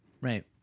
right